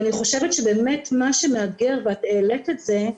אני חושבת שבאמת מה שמאתגר ואת העלית את זה,